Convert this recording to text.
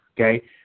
Okay